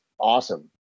awesome